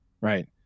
Right